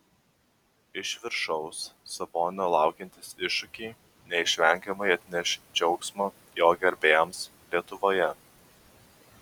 iš viršaus sabonio laukiantys iššūkiai neišvengiamai atneš džiaugsmo jo gerbėjams lietuvoje